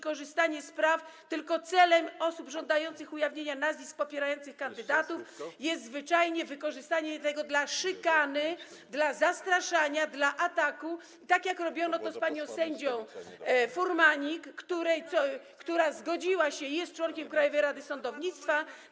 korzystanie z tych praw, tylko celem osób żądających ujawnienia nazwisk osób popierających kandydatów jest zwyczajnie wykorzystanie tego do szykany, zastraszania, ataku, tak jak robiono to z panią sędzią Furmanik, która zgodziła się, jest członkiem Krajowej Rady Sądownictwa.